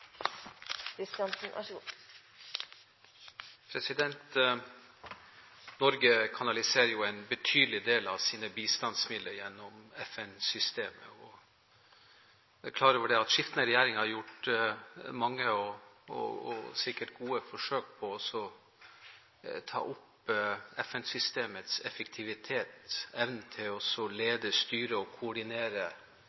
har fått så pass bredt gehør i Stortinget – som har gjort en god melding enda bedre. Det blir replikkordskifte. Norge kanaliserer en betydelig del av sine bistandsmidler gjennom FN-systemet. Jeg er klar over at skiftende regjeringer har gjort mange, og sikkert gode, forsøk på å ta opp FN-systemets effektivitet og evnen til